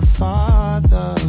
father